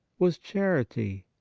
was charity.